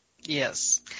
Yes